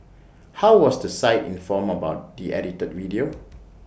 how was the site informed about the edited video